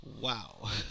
wow